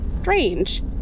Strange